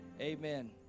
amen